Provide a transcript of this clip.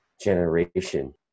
generation